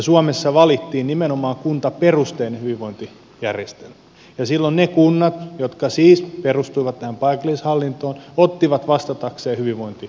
suomessa valittiin nimenomaan kuntaperusteinen hyvinvointijärjestelmä ja silloin ne kunnat jotka siis perustuivat tähän paikallishallintoon ottivat vastatakseen hyvinvointi